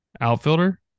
Outfielder